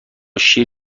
شیر